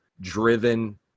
driven